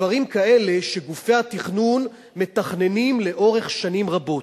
דברים כאלה שגופי התכנון מתכננים לאורך שנים רבות.